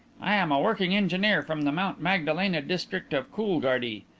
i am a working engineer from the mount magdalena district of coolgardie.